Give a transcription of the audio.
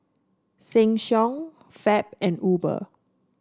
Sheng Siong Fab and Uber